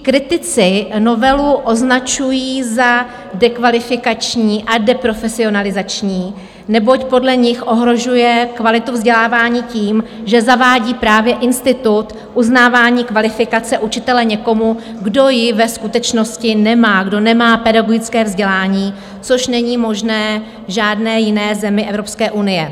Kritici novelu označují za dekvalifikační a deprofesionalizační, neboť podle nich ohrožuje kvalitu vzdělávání tím, že zavádí právě institut uznávání kvalifikace učitele někomu, kdo ji ve skutečnosti nemá, kdo nemá pedagogické vzdělání, což není možné v žádné jiné zemi Evropské unie.